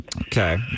Okay